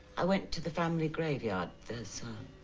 i went to the family graveyard there's